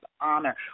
honor